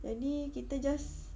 jadi kita just